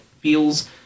feels